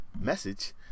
message